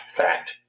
Fact